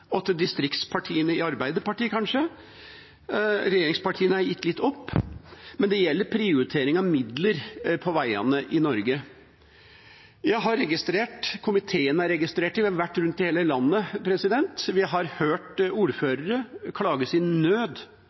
og kanskje distriktsdelen av Arbeiderpartiet. Regjeringspartiene har jeg gitt litt opp, men det gjelder prioritering av midler på veiene i Norge. Jeg har registrert, komiteen har registrert – vi har vært rundt i hele landet og hørt – ordførere klage sin nød